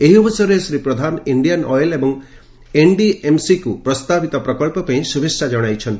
ଏହି ଅବସରରେ Shri Pradhan Indian oil ଏବଂ ଏନ୍ଡିଏମ୍ସିକୁ ପ୍ରସ୍ତାବିତ ପ୍ରକଳ୍ପ ପାଇଁ ଶୁଭେଚ୍ଛା ଜଣାଇଛନ୍ତି